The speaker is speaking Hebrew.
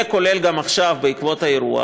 וגם עכשיו בעקבות האירוע.